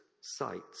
sites